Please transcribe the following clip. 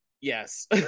yes